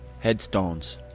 headstones